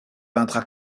peintres